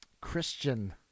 Christian